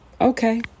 Okay